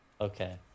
Okay